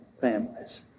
families